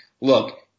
Look